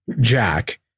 Jack